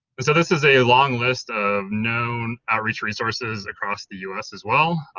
so this is a long list of known outreach resources across the us as well,